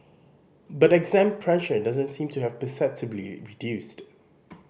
but exam pressure doesn't seem to have perceptibly reduced